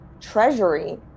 treasury